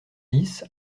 dix